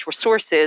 resources